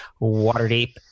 Waterdeep